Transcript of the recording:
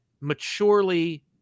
maturely